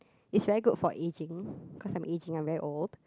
it's very good for aging because I am aging I am very old